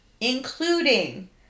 including